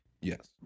Yes